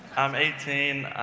i'm eighteen,